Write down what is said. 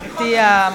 תודה רבה,